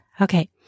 Okay